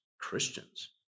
Christians